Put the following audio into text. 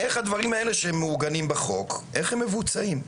איך הדברים האלה שמעוגנים בחוק, איך הם מבוצעים?